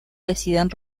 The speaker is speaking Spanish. deciden